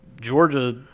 Georgia